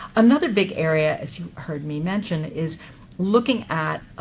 another big area, as you heard me mention, is looking at